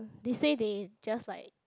they say they just like